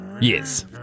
Yes